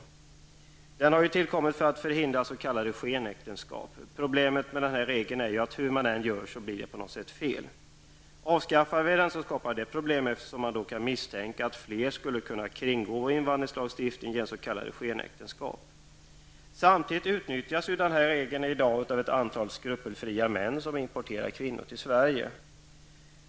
Regeln har tillkommit för att förhindra s.k. skenäktenskap. Problemet med den regeln är att hur man än gör blir det på något sätt fel. Avskaffas regeln skapar det problem, eftersom man då kan misstänka att fler kommer att kringgå invandringslagstiftningen med hjälp av s.k. skenäktenskap. Samtidigt utnyttjas denna regel i dag av ett antal skrupelfria män som importerar kvinnor till Sverige.